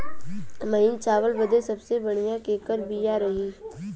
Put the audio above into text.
महीन चावल बदे सबसे बढ़िया केकर बिया रही?